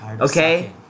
Okay